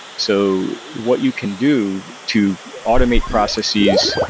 so what you can do to automate processes,